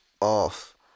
off